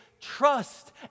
trust